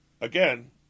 Again